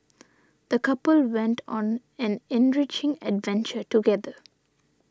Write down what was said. the couple went on an enriching adventure together